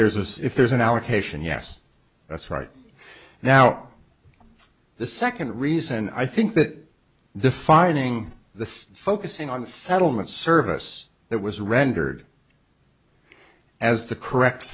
see if there's an allocation yes that's right now the second reason i think that defining the focusing on the settlement service that was rendered as the correct